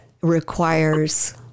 requires